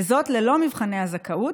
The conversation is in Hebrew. וזאת ללא מבחני הזכאות,